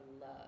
love